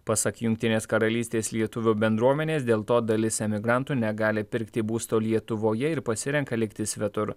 pasak jungtinės karalystės lietuvių bendruomenės dėl to dalis emigrantų negali pirkti būsto lietuvoje ir pasirenka likti svetur